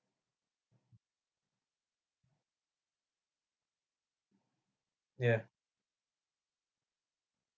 ya